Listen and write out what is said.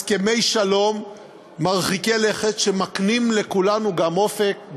הסכמי שלום מרחיקי לכת שמקנים לכולנו גם אופק,